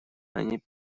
они